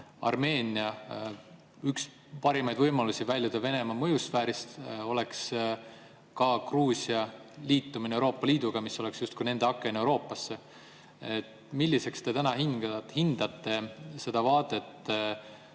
Armeenia üks parimaid võimalusi väljuda Venemaa mõjusfäärist oleks ka Gruusia liitumine Euroopa Liiduga, mis oleks justkui nende aken Euroopasse. Milliseks te hindate seda vaadet ja